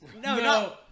No